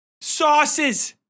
sauces